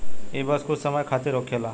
ई बस कुछ समय खातिर होखेला